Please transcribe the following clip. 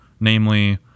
namely